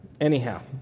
Anyhow